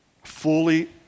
fully